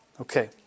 Okay